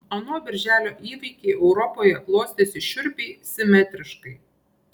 ano birželio įvykiai europoje klostėsi šiurpiai simetriškai